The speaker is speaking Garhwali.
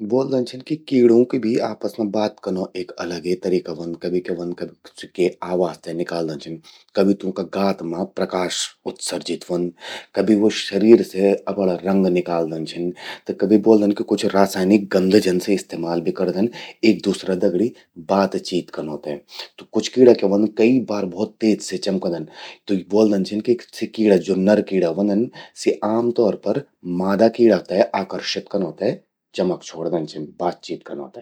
ब्वोलदन छिन किकीड़ूं कू भी आपस मां बात कनौ एक अलग तरिका व्हंद। कभि क्या व्हंद सि के आवाज ते निकालदन छिन। कभि तूंका गात मां प्रकाश उत्सर्जित व्हंद, कभि वो शरीर से अपणूं रंग निकाल्दन छिन। कभि ब्वोलदन कि कुछ रासायनिक गंध जनसि इस्तेमाल भि करदन एक दूसरा दगड़ि बातचीत कनौ ते। त कुछ कीड़ा क्यां व्हंदन कई बार भौत तेज से चमकदन। त ब्वोल्दन छिन कि सि कीड़ा ज्वो नर कीड़ा व्हंदन, सि आमतौर पर मादा कीड़ा ते आकर्षित कनौ ते चमक छ्वोड़दन छिन। बातचीत कनौ ते।